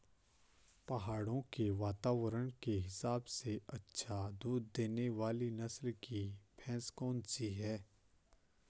पहाड़ों के वातावरण के हिसाब से अच्छा दूध देने वाली नस्ल की भैंस कौन सी हैं?